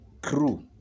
crew